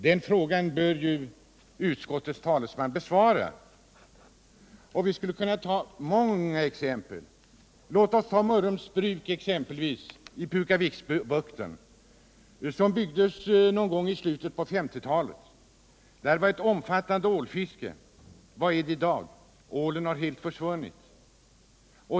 Den frågan bör utskottets talesman besvara. Vi skulle kunna ta många exempel. Låt mig nämna Mörrums bruk, som byggdes någon gång i slutet på 1950-talet och som ligger vid Pukaviksbukten. Där fanns ett omfattande ålfiske. Vad är det i dag? Ålen har helt försvunnit.